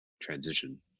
transition